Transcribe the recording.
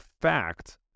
fact